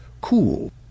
cool